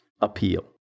appeal